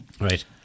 right